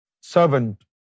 servant